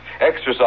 exercise